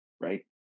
Right